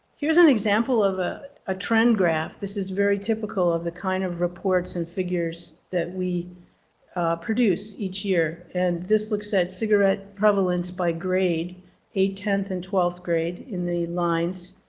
here's an example of ah a trend graph. this is very typical of the kind of reports and figures that we produce each year and this looks at cigarette prevalence by grade eighth, tenth, and twelfth grade in the lines.